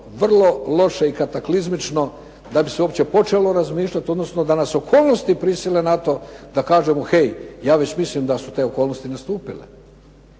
vrlo loše i kataklizmično da bi se uopće počelo razmišljati odnosno da nas okolnosti prisile na to da kažemo hej ja već mislim da su te okolnosti nastupile.